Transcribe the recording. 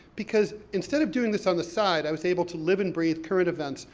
because instead of doing this on the side, i was able to live and breathe current events,